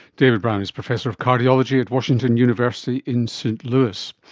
david brown is professor of cardiology at washington university in st louis.